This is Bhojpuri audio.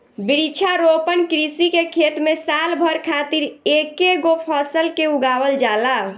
वृक्षारोपण कृषि के खेत में साल भर खातिर एकेगो फसल के उगावल जाला